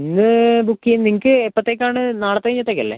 ഇന്ന് ബുക്ക് ചെയ്ത് നിങ്ങൾക്ക് എപ്പോഴത്തേക്ക് ആണ് നാളത്തേക്കത്തേക്ക് അല്ലേ